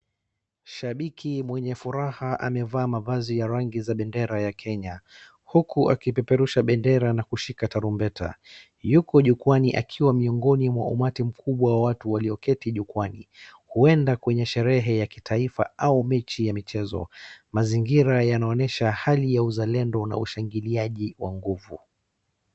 Shabiki mwenye furaha amevaa mavazi ya rangi za bendera ya Kenya, huku akipeperusha bendera na kushika tarumbeta. Yuko jukwaani akiwa miongoni mwa umati mkubwa wa watu walioketi jukwaani. Huenda kwenye sherehe ya kitaifa au mechi ya michezo. Mazingira yanaonyesha hali ya uzalendo na ushangiliaji wa nguvu.